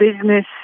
business